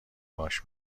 باهاش